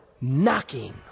knocking